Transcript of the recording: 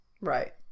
Right